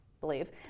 believe